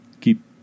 keep